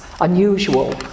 Unusual